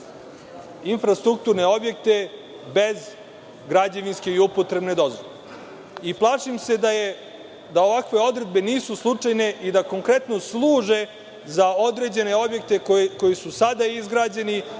infrastrukturne objekte bez građevinske i upotrebne dozvole. Plašim se da ovakve odredbe nisu slučajne i da konkretno služe za određene objekte koji su sada izgrađeni,